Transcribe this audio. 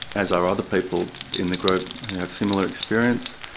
as are other people in the group who have similar experience.